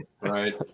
Right